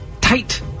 tight